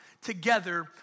together